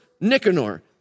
Nicanor